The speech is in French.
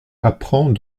apprend